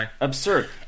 absurd